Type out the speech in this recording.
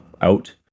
out